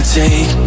take